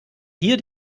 hier